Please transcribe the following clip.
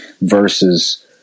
versus